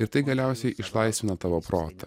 ir tai galiausiai išlaisvina tavo protą